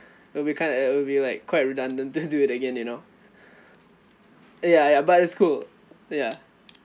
it'll be kind of uh it'll be like quite redundant to do it again you know ya ya but it's cool ya